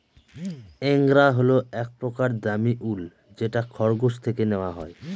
angora হল এক প্রকার দামী উল যেটা খরগোশ থেকে নেওয়া হয়